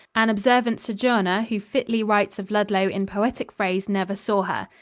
an observant sojourner who fitly writes of ludlow in poetic phrase never saw her.